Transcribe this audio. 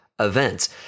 events